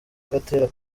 gatera